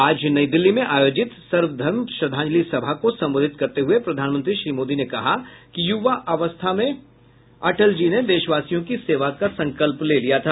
आज नई दिल्ली में आयोजित सर्व धर्म श्रद्धांजलि सभा को संबोधित करते हुए प्रधानमंत्री श्री मोदी ने कहा कि युवा अवस्था में ही अटल जी ने देशवासियों की सेवा का संकल्प ले लिया था